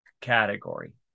category